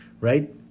right